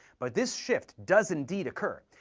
but this shift does indeed occur.